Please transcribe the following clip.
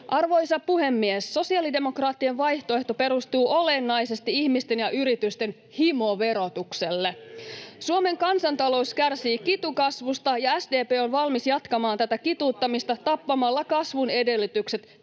Arvoisa puhemies! Sosiaalidemokraattien vaihtoehto perustuu olennaisesti ihmisten ja yritysten himoverotukselle. Suomen kansantalous kärsii kitukasvusta, ja SDP on valmis jatkamaan tätä kituuttamista tappamalla kasvun edellytykset